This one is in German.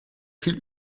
viel